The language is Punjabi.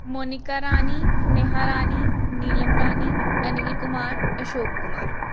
ਮੋਨੀਕਾ ਰਾਣੀ ਨੇਹਾ ਰਾਣੀ ਨੀਲਮ ਰਾਣੀ ਅਨੀਲ ਕੁਮਾਰ ਅਸ਼ੋਕ ਕੁਮਾਰ